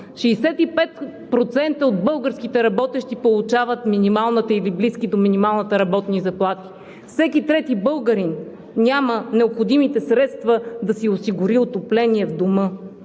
65% от българските работещи получават минималната или близка до минималната работна заплата, а всеки трети българин няма необходимите средства да осигури отопление в дома